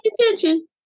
attention